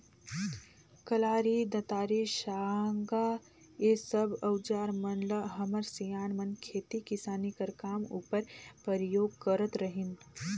कलारी, दँतारी, साँगा ए सब अउजार मन ल हमर सियान मन खेती किसानी कर काम उपर परियोग करत रहिन